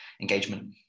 engagement